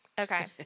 Okay